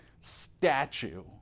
statue